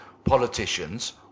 politicians